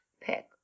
pick